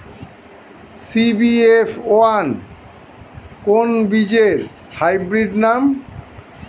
CBF one কোন বীজের hybrid নাম?